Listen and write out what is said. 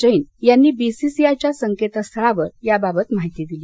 जैन यांनी B C C I च्या संकेतस्थळावर याबाबत माहिती दिली